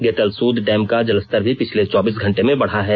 Getalsud Rukka dam का जलस्तर भी पिछले चौबीस घंटे में बढ़ा है